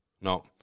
No